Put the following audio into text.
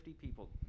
people